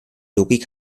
logik